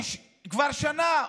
שכבר שנה אומרים: